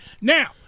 now